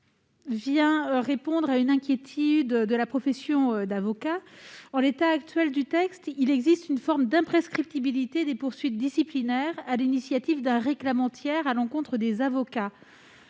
vise à répondre à une inquiétude de la profession d'avocat. En l'état actuel du texte, il y a une forme d'imprescriptibilité des poursuites disciplinaires à l'initiative d'un réclamant tiers à l'encontre des avocats.